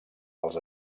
dels